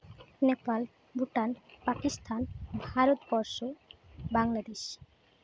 ᱱᱮᱯᱟᱞ ᱵᱷᱩᱴᱟᱱ ᱯᱟᱠᱤᱥᱛᱷᱟ ᱵᱷᱟᱨᱚᱛ ᱵᱚᱨᱥᱚ ᱵᱟᱝᱞᱟᱫᱮᱥ